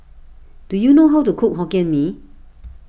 do you know how to cook Hokkien Mee